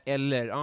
Eller